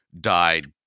died